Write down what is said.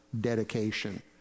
dedication